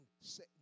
say